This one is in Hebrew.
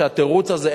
והתירוץ הזה,